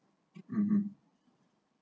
um